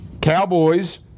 Cowboys